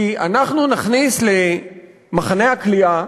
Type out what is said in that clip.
כי אנחנו נכניס למחנה הכליאה